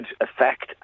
effect